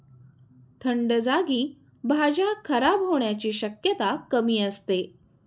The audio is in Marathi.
थंड जागी भाज्या खराब होण्याची शक्यता कमी असते